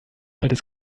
altes